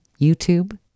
YouTube